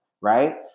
right